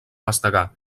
mastegar